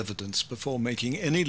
evidence before making any